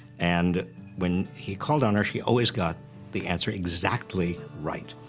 and when he called on her, she always got the answer exactly right.